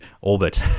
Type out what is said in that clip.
orbit